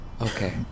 Okay